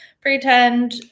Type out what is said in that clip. Pretend